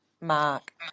Mark